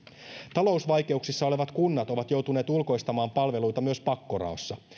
talousvaikeuksissa olevat kunnat ovat joutuneet ulkoistamaan palveluita myös pakkoraossa